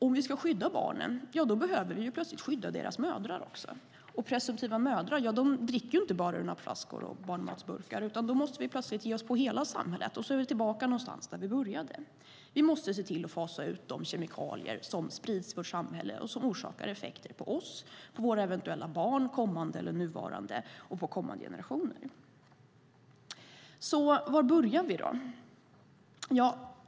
Om vi ska skydda barnen behöver vi plötsligt skydda deras mödrar också. Och presumtiva mödrar dricker ju inte bara ur nappflaskor och äter ur barnmatsburkar. Då måste vi plötsligt ge oss på hela samhället, och så är vi tillbaka någonstans där vi började. Vi måste se till att fasa ut de kemikalier som sprids i vårt samhälle som orsakar effekter på oss, på våra eventuella barn, kommande eller nuvarande, och på kommande generationer. Var börjar vi då?